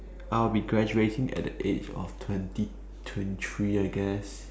I'll be graduating at the age of twenty twenty three I guess